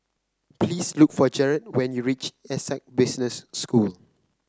please look for Jared when you reach Essec Business School